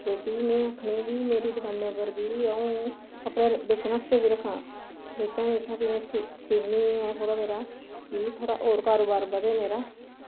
ते भी में आखनी कि मेरी दकानै पर अ'ऊं कपड़े बेचने आस्तै भी रक्खां ते बेचां बी ते सीनी बी आं कि थोह्ड़ा होर कारोबार बधै मेरा